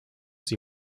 sie